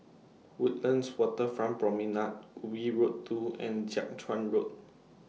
Woodlands Waterfront Promenade Ubi Road two and Jiak Chuan Road